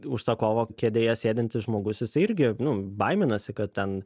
užsakovo kėdėje sėdintis žmogus jisai irgi nu baiminasi kad ten